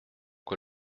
que